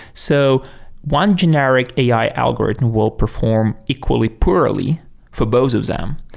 so one generic ai algorithm will perform equally poorly for both of them.